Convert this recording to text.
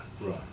Right